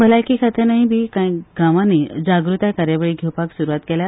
भलायकी खात्यानूय कांय गांवांनी जागृताय कार्यावळी घेवपाक सुरवात केल्या